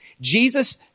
Jesus